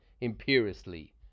imperiously